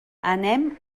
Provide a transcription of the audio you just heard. anem